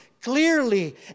clearly